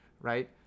right